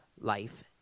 life